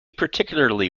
particularly